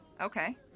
okay